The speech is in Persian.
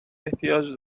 احتیاج